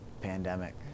pandemic